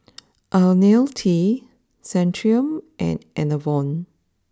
Ionil T Centrum and Enervon